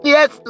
Yes